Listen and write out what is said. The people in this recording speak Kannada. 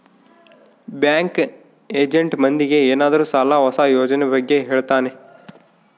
ಬ್ಯಾಂಕ್ ಏಜೆಂಟ್ ಮಂದಿಗೆ ಏನಾದ್ರೂ ಸಾಲ ಹೊಸ ಯೋಜನೆ ಬಗ್ಗೆ ಹೇಳ್ತಾನೆ